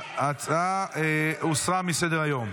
ההצעה הוסרה מסדר-היום.